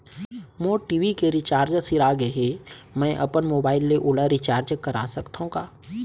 मोर TV के recharge सिरा गे हे, मैं अपन मोबाइल ले ओला रिचार्ज करा सकथव का?